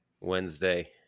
Wednesday